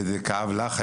וזה כאב לך,